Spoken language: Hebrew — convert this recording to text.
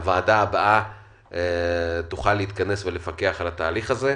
הוועדה הבאה תוכל להתכנס ולפקח על התהליך הזה.